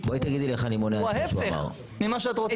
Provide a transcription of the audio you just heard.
הוא ההיפך ממה שאני רוצה.